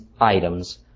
items